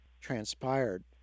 transpired